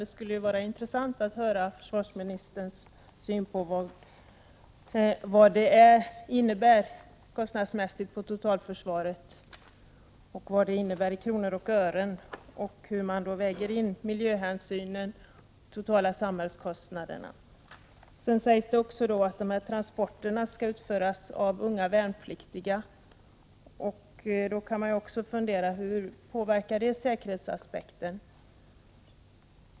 Det skulle vara intressant att från försvarsministern få höra vad det innebär kostnadsmässigt för totalförsvaret, vad det innebär i kronor och ören, och hur man då väger in miljöhänsynen i de totala samhällskostnaderna. Det sägs också att transporterna skall utföras av unga värnpliktiga. Man kan då också fundera över hur det påverkar säkerheten.